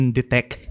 detect